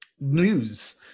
News